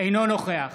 אינו נוכח